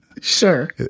Sure